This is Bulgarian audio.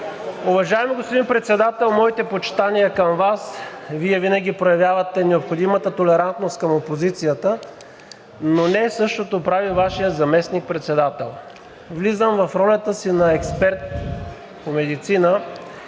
Уважаеми господин Председател, моите почитания към Вас! Вие винаги проявявате необходимата толерантност към опозицията, но не същото прави Вашият заместник-председател. Влизам в ролята си на експерт по медицина,